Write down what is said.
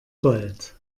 gold